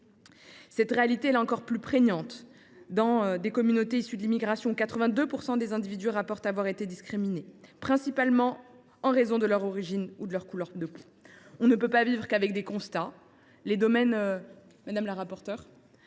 Cette réalité est encore plus prégnante au sein des communautés issues de l’immigration, où 82 % des individus rapportent avoir été discriminés, principalement en raison de leur origine ou de leur couleur de peau. Nous ne pouvons vivre avec ces constats. Les domaines de l’emploi et